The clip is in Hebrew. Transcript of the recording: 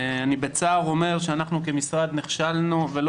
אני בצער אומר שאנחנו כמשרד נכשלנו ולא